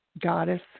Goddess